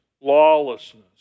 lawlessness